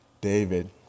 David